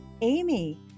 Amy